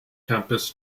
campus